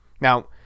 Now